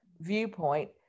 viewpoint